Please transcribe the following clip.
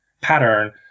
pattern